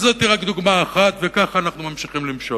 זאת רק דוגמה אחת, וכך אנו ממשיכים למשול,